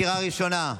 קריאה ראשונה.